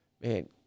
man